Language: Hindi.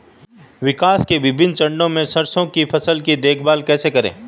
विकास के विभिन्न चरणों में सरसों की फसल की देखभाल कैसे करें?